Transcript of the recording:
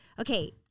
okay